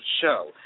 show